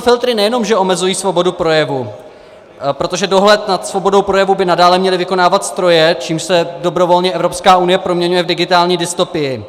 Tyto filtry nejenom že omezují svobodu projevu, protože dohled nad svobodou projevu by nadále měly vykonávat stroje, čímž se dobrovolně Evropská unie proměňuje v digitální dystopii.